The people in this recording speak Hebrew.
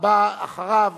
הבא אחריו